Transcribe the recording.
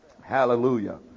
Hallelujah